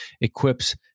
equips